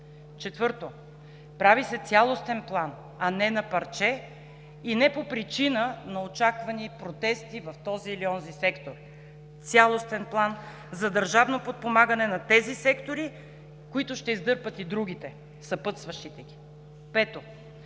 Четвърто, прави се цялостен план, а не на парче и не по причина на очаквани протести в този или в онзи сектор, цялостен план за държавно подпомагане на тези сектори, които ще издърпат и другите, съпътстващите ги. Пето,